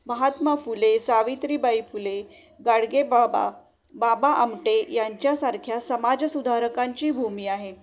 महात्मा फुले सावित्रीबाई फुले गाडगेबाबा बाबा आमटे यांच्यासारख्या समाजसुधारकांची भूमी आहे